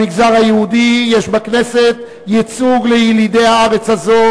במגזר היהודי יש בכנסת ייצוג לילידי הארץ הזאת